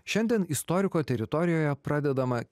šiandien istoriko teritorijoje pradedame